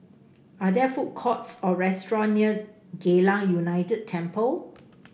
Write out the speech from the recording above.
are there food courts or restaurants near Geylang United Temple